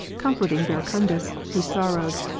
comforting verecundus, who sorrowed,